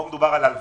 פה מדובר בהלוואה.